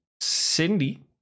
Cindy